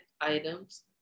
items